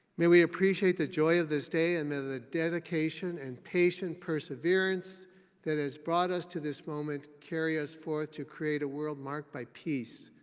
may we appreciate the joy of this day and then the dedication and patient perseverance that has brought us to this moment. carry us forth to create a world marked by peace,